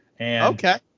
Okay